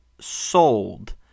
sold